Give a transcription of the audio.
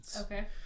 Okay